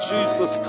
Jesus